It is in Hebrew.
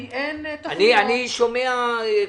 כי אין תוכניות --- אני שומע,